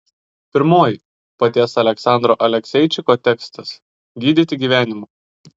pirmoji paties aleksandro alekseičiko tekstas gydyti gyvenimu